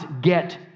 get